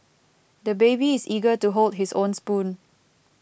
the baby is eager to hold his own spoon